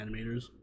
animators